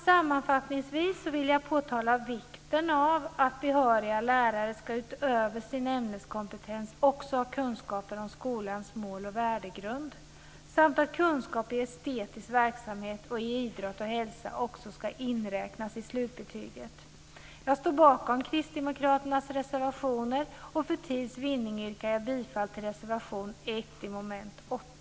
Sammanfattningsvis vill jag påtala vikten av att behöriga lärare utöver sin ämneskompetens också ska ha kunskaper om skolans mål och värdegrund samt att kunskap i estetisk verksamhet och i idrott och hälsa också ska inräknas i slutbetyget. Jag står bakom Kristdemokraternas reservationer, och för tids vinning yrkar jag bifall till reservation 1